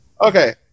Okay